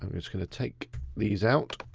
i'm just gonna take these out,